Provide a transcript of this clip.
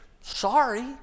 sorry